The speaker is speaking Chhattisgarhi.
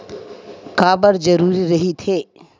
का बार जरूरी रहि थे?